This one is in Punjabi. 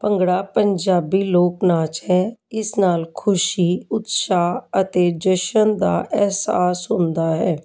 ਭੰਗੜਾ ਪੰਜਾਬੀ ਲੋਕ ਨਾਚ ਹੈ ਇਸ ਨਾਲ ਖੁਸ਼ੀ ਉਤਸ਼ਾਹ ਅਤੇ ਜਸ਼ਨ ਦਾ ਅਹਿਸਾਸ ਹੁੰਦਾ ਹੈ